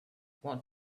what